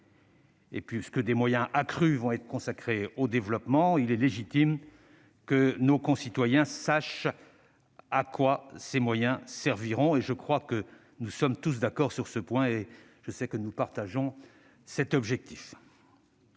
Puisque des moyens accrus vont être consacrés au développement, il est légitime que nos concitoyens sachent à quoi ils serviront. Je crois que nous serons tous d'accord sur ce point et je sais que nous partageons ce même objectif.